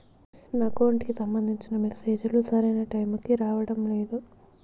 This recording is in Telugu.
నా అకౌంట్ కి సంబంధించిన మెసేజ్ లు సరైన టైముకి రావడం లేదు